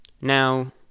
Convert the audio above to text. Now